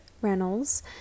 Reynolds